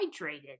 hydrated